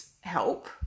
help